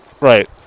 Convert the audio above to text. Right